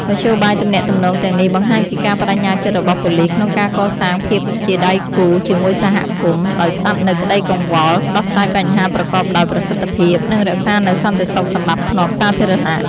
មធ្យោបាយទំនាក់ទំនងទាំងនេះ បង្ហាញពីការប្តេជ្ញាចិត្តរបស់ប៉ូលីសក្នុងការកសាងភាពជាដៃគូជាមួយសហគមន៍ ដោយស្តាប់នូវក្តីកង្វល់ ដោះស្រាយបញ្ហាប្រកបដោយប្រសិទ្ធភាព និងរក្សានូវសន្តិសុខសណ្តាប់ធ្នាប់សាធារណៈ។